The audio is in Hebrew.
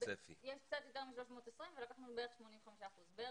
יש קצת יותר מ-320,000 ולקחנו בערך 85 אחוזים.